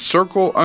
Circle